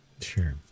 Sure